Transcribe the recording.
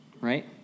right